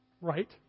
right